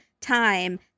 time